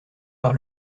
par